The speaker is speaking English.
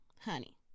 Honey